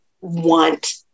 want